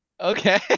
Okay